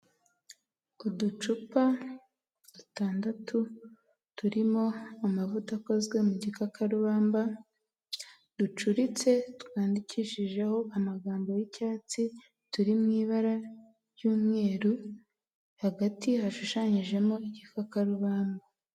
Uducupa dutandatu turimo amavuta akozwe mu gikakarubamba, ducuritse twandikishijeho amagambo y'icyatsi, turi mu ibara ry'umweru, hagati hashushanyijemo igikakarubamba.